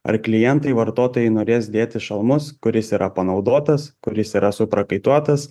ar klientai vartotojai norės dėtis šalmus kuris yra panaudotas kuris yra suprakaituotas